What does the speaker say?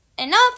Enough